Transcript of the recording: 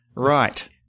Right